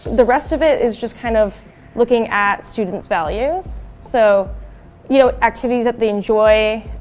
the rest of it is just kind of looking at students values. so you know activities that they enjoy,